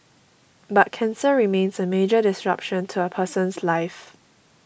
but cancer remains a major disruption to a person's life